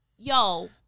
Yo